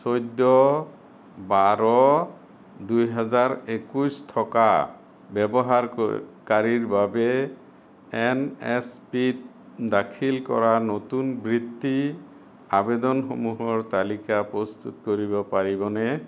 চৈধ্য বাৰ দুহাজাৰ একৈছ থকা ব্যৱহাৰকৰি কাৰীৰ বাবে এন এছ পিত দাখিল কৰা নতুন বৃত্তি আৱেদনসমূহৰ তালিকা প্ৰস্তুত কৰিব পাৰিবনে